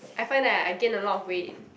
I find that I I gain a lot of weight